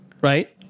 right